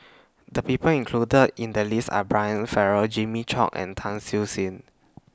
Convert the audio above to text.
The People included in The list Are Brian Farrell Jimmy Chok and Tan Siew Sin